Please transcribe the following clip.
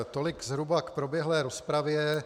Tolik zhruba k proběhlé rozpravě.